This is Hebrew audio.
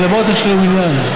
אומר להם: בואו תשלימו מניין.